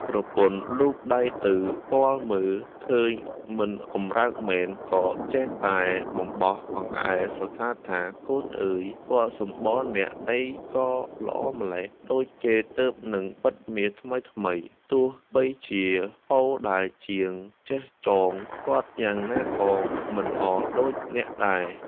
ប្រពន្ធលូកដៃទៅពាល់មើលឃើញមិនកំរើកមែន ក៏ចេះតែបបោស អង្អែលសរសើរថា “កូនអើយ! ពណ៌សំបុរអ្នកអីក៏ល្អម្ល៉េះ ដូចគេទើបនិងទីបមាសថ្មីៗ ទោះបីជាហូលដែលជាងចេះចង គាត់យ៉ាងណាក៏មិនល្អមិនដូចអ្នកដែរ ”។